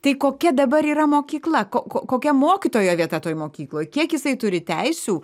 tai kokia dabar yra mokykla ko kokia mokytojo vieta toj mokykloj kiek jisai turi teisių